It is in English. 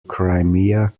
crimea